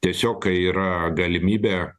tiesiog kai yra galimybė